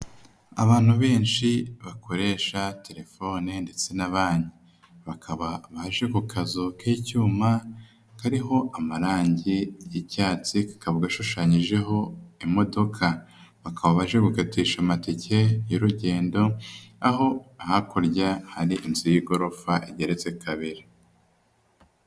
Abantu benshi bakoresha telefone ndetse na banki, bakaba baje ku kazu k'icyuma kariho amarangi y'icyatsi, kakaba gashushanyijeho imodoka, bakaba baje gukatisha amatike y'urugendo ,aho hakurya hari inzu y'igorofa igeretse kabiri.